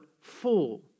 full